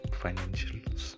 financials